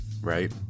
right